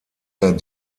der